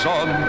on